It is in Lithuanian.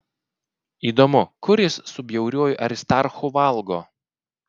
įdomu kur jis su bjauriuoju aristarchu valgo